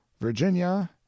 virginia